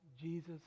Jesus